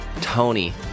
Tony